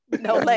No